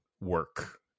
work